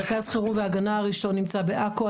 מרכז חירום והגנה ראשון נמצא בעכו.